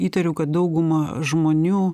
įtariu kad dauguma žmonių